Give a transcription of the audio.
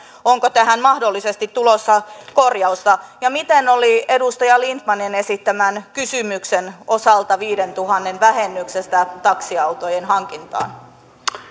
onko tähän mahdollisesti tulossa korjausta ja miten oli edustaja lindtmanin esittämän kysymyksen osalta viidentuhannen vähennyksestä taksiautojen hankintaan